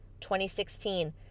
2016